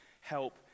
help